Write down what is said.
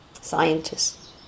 scientists